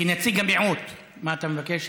כנציג המיעוט, מה אתה מבקש?